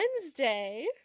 Wednesday